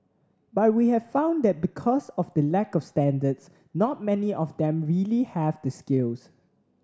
but we have found that because of the lack of standards not many of them really have the skills